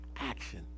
action